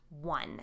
one